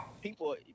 people